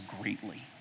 greatly